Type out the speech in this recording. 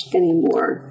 anymore